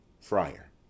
Friar